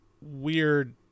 weird